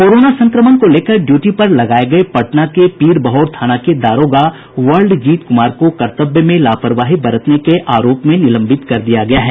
corona संक्रमण को लेकर ड्यूटी पर लगाये गये पटना के पीरबहोर थाना के दारोगा वर्ल्ड जीत कुमार को कर्तव्य में लापवाही बरतने के आरोप में निलंबित कर दिया गया है